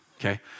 Okay